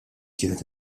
kienet